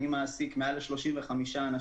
אני מעסיק מעל 35 אנשים,